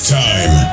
time